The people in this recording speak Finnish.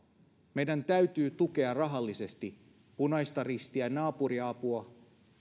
meidän täytyy tukea rahallisesti punaista ristiä naapuriapua